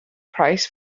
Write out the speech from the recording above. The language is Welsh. price